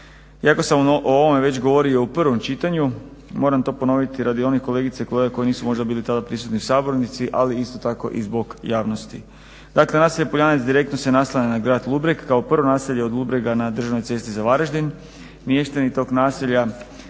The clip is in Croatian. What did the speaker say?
Iako sam o ovome već govorio u 1. čitanju moram to ponoviti radi onih kolegica i kolega koji nisu možda bili tada prisutni u sabornici ali isto tako i zbog javnosti. Dakle, naselje Poljanec direktno se naslanja na Grad Ludbreg kao prvo naselje od Ludbrega na državnoj cesti za Varaždin. Mještani tog naselja